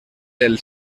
del